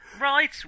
Right